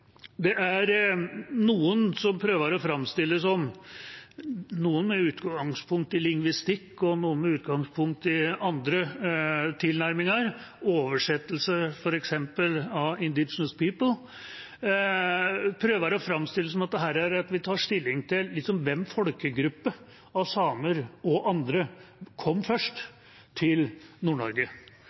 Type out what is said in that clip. Det er noen som prøver å framstille det som – noen med utgangspunkt i lingvistikk, og noen med utgangspunkt i andre tilnærminger, f.eks. oversettelse av «indigenous peoples» – at vi her tar stilling til hvilke folkegrupper, samer og andre, som kom først til